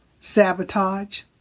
sabotage